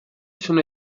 sono